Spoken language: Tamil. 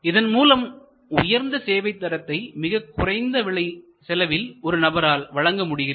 இதன் மூலம் உயர்ந்த சேவை தரத்தை மிகக் குறைந்த செலவில் ஒரு நபரால் வழங்க முடிகிறது